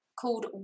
called